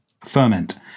ferment